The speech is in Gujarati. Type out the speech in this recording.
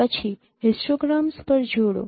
પછી હિસ્ટોગ્રામ્સ પર જોડો